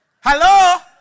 Hello